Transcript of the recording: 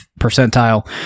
percentile